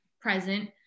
present